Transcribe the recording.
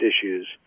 issues